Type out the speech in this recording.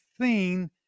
seen